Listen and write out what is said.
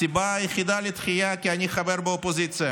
הסיבה היחידה לדחייה, אני חבר באופוזיציה,